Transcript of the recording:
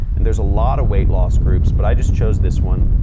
and there's a lot of weight loss groups. but i just chose this one.